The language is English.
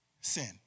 Sin